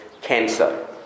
cancer